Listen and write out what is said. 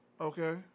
Okay